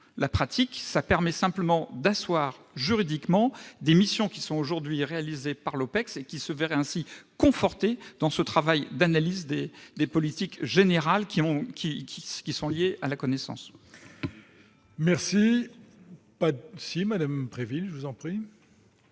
la pratique ; elle permettrait simplement d'assoir juridiquement des missions qui sont aujourd'hui réalisées par l'Opecst, lequel se verrait ainsi conforté dans son travail d'analyse des politiques générales relatives à la connaissance.